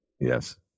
Yes